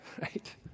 right